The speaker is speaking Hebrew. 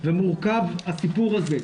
ומורכב הסיפור הזה,